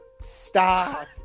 Stop